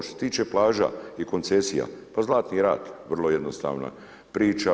Što se tiče plaža i koncesija, pa Zlatni rat vrlo jednostavna priča.